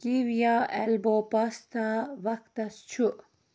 کیٖوِیا elbow pasta وقتَس چھُ